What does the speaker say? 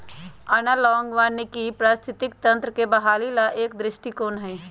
analogue वानिकी पारिस्थितिकी तंत्र के बहाली ला एक दृष्टिकोण हई